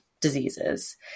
diseases